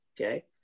okay